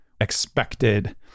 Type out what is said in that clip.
expected